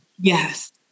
Yes